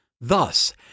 Thus